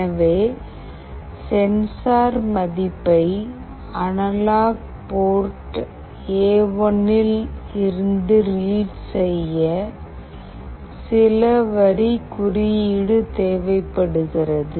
எனவே சென்சார் மதிப்பை analog port எ1 ல் இருந்து ரீட் செய்ய சில வரி குறியீடு தேவைப்படுகிறது